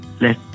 let